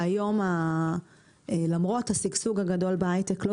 שהיום למרות השגשוג הגדול בהייטק לא